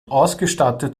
ausgestattet